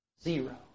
Zero